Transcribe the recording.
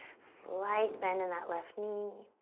slight bend in that left knee.